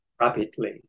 rapidly